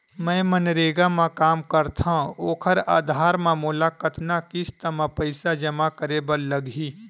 मैं मनरेगा म काम करथव, ओखर आधार म मोला कतना किस्त म पईसा जमा करे बर लगही?